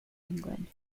england